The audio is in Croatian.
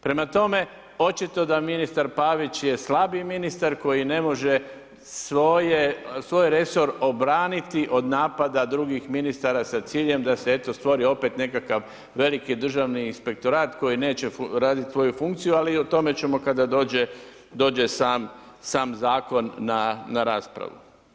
Prema tome, očito da ministar Pavić je slabi ministar koji ne može svoj resor obraniti od napada drugih ministara sa ciljem da se eto stvori opet nekakav veliki državni inspektorat koji neće raditi svoju funkciju ali o tome ćemo kada dođe sam zakon na raspravu.